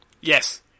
Yes